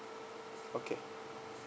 okay